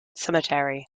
cemetery